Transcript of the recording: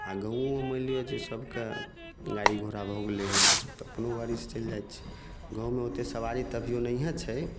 आ गाँवोमे मानि लिअ जे सबके गाड़ी घोड़ा भऽ गेलै हन तऽ अपनो गाड़ी सऽ चलि जायत छै गाँवमे ओते सबारी तऽ अभियो नहिये छै